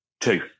Two